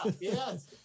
yes